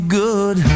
good